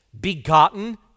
begotten